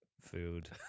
food